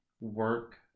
work